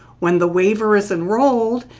when the waiver is enrolled,